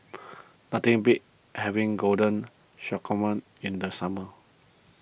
nothing beats having Garden in the summer